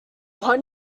what